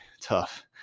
tough